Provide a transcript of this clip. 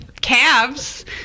calves